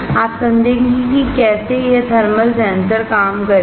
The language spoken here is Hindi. आप समझेंगे कि कैसे यह थर्मल सेंसर काम करेगा